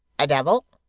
a devil,